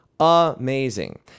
amazing